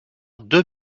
deux